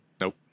Nope